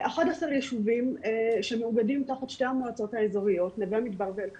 11 יישובים שמאוגדים תחת שתי המועצות נווה מדבר ואל קסום,